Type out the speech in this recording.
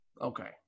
Okay